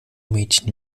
mädchen